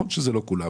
נכון שזה לא כולם,